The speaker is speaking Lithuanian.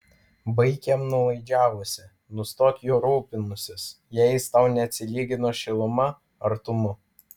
baik jam nuolaidžiavusi nustok juo rūpinusis jei jis tau neatsilygina šiluma artumu